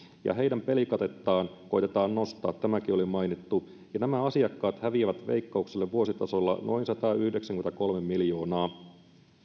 ja heidän pelikatettaan koetetaan nostaa tämäkin oli mainittu nämä asiakkaat häviävät veikkaukselle vuositasolla noin satayhdeksänkymmentäkolme miljoonaa